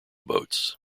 boats